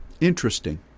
interesting